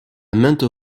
maintes